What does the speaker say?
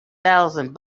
thousand